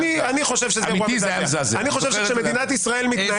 אני חושב שזה אירוע מזעזע.